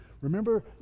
Remember